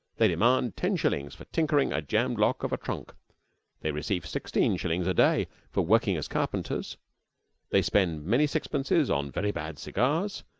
they demand ten shillings for tinkering a jammed lock of a trunk they receive sixteen shillings a day for working as carpenters they spend many sixpences on very bad cigars,